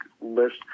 list